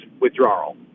withdrawal